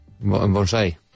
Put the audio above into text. Bonsai